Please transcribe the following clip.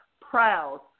proud